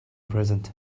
present